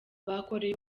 bakoreye